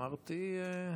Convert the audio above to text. אמרתי,